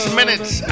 minutes